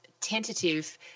tentative